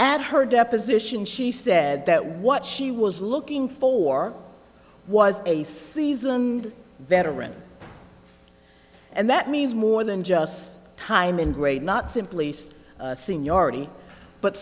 at her deposition she said that what she was looking for was a seasoned veteran and that means more than just time in grade not simply state seniority but